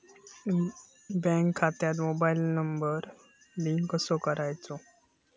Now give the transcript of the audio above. Bank खात्यात mobile number link कसो करायचो?